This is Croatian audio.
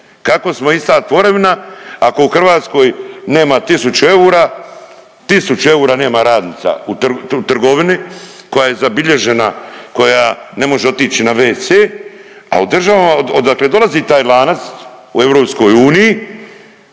Kako smo ista tvorevina ako u Hrvatskoj nema tisuću eura, tisuću eura nema radnica u trgovini koja je zabilježena, koja ne može otići na wc, a u državama odakle dolazi taj lanac u EU